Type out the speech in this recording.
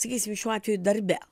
sakysim šiuo atveju darbe